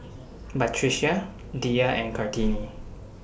Batrisya Dhia and Kartini